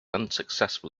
unsuccessful